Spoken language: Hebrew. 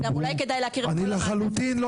אני לחלוטין לא